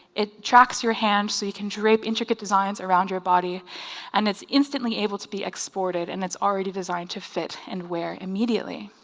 it tracks your hand so you can drape intricate designs around your body and it's instantly able to be exported and it's already designed to fit and wear immediately.